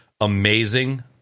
amazing